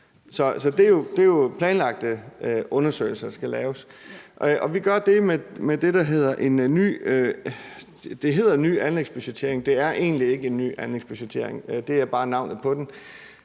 Det er jo planlagte undersøgelser, der skal laves. Vi gør det med det, der hedder ny anlægsbudgettering – det er egentlig ikke en ny anlægsbudgettering, det er bare navnet på den